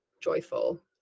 joyful